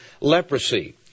leprosy